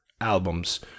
albums